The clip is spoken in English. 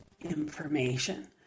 information